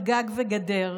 / על גג וגדר,